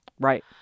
Right